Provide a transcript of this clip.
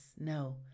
no